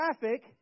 traffic